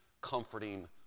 comforting